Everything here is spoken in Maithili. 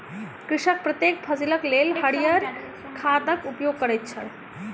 कृषक प्रत्येक फसिलक लेल हरियर खादक उपयोग करैत छल